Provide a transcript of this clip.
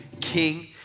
king